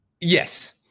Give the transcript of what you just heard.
Yes